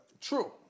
True